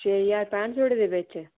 जे ज्हार पैंठ सौ रपेऽ दे बिच्च